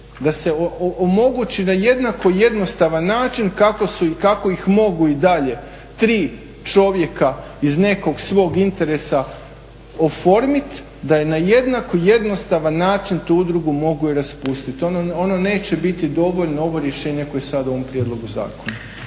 da se omogući na jednako jednostavan način kako su i kako ih mogu i dalje 3 čovjeka iz nekog svog interesa oformit, da je na jednako jednostavan način tu udrugu mogu i raspustit. Onda neće biti dovoljno ovo rješenje koje je sada u ovom prijedlogu zakona.